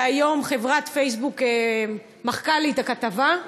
והיום חברת "פייסבוק" מחקה לי את הכתבה.